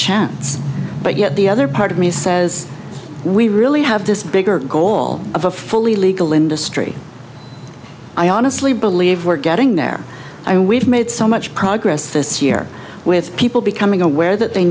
chance but yet the other part of me says we really have this bigger goal of a fully legal industry i honestly believe we're getting there i we've made so much progress this year with people becoming aware that they